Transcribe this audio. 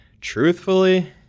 truthfully